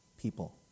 people